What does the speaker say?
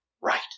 right